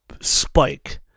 spike